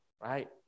right